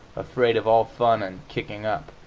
afraid of all fun and kicking up,